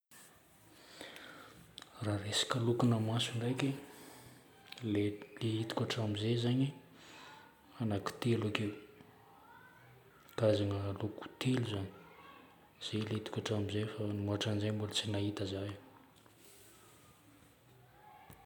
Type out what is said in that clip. Raha resaka lokona maso ndraiky, ilay, ilay hitako hatramin'izay zagny, anakitelo akeo. Karazagna loko telo zagny. Zay ilay hitako hatramin'izay fa ny mihoatran'izay mbola tsy nahita za e.